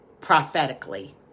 prophetically